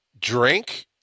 drink